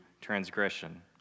transgression